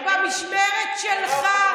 אני רוצה להבין איך במשמרת שלך,